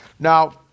Now